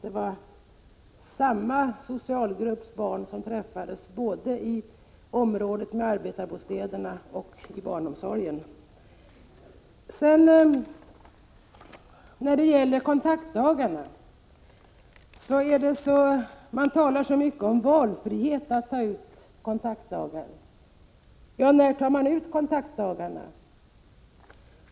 Det var samma socialgrupps barn som träffades både i området med arbetarbostäderna och i barnomsorgen. Så några ord om kontaktdagarna. Det talas så mycket om valfrihet när det gäller att ta ut kontaktdagarna. När tas de då ut?